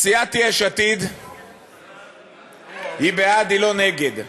סיעת יש עתיד היא בעד, היא לא נגד: